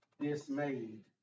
dismayed